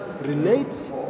relate